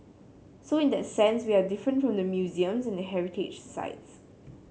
so in that sense we are different from the museums and the heritage sites